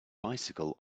bicycle